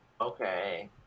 Okay